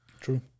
True